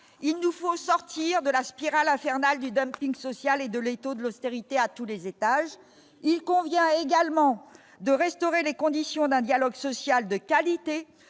il nous faut sortir de la spirale infernale du dumping social et de l'étau de l'austérité à tous les étages, il convient également de restaurer les conditions d'un dialogue social de qualité